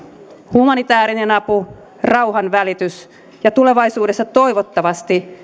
humanitäärinen apu rauhanvälitys ja tulevaisuudessa toivottavasti